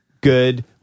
good